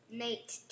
nate